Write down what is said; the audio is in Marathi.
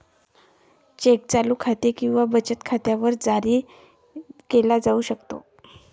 चेक चालू खाते किंवा बचत खात्यावर जारी केला जाऊ शकतो